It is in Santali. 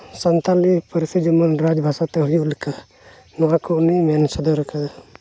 ᱥᱟᱱᱛᱟᱲᱤ ᱯᱟᱹᱨᱥᱤ ᱡᱮᱢᱚᱱ ᱨᱟᱡᱽ ᱵᱷᱟᱥᱟᱛᱮ ᱦᱩᱭᱩᱜ ᱞᱮᱠᱟ ᱱᱚᱣᱟ ᱠᱚ ᱩᱱᱤ ᱢᱮᱱ ᱥᱚᱫᱚᱨ ᱠᱟᱫᱟᱭ